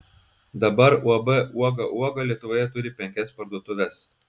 dabar uab uoga uoga lietuvoje turi penkias parduotuves